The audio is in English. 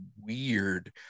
weird